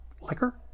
liquor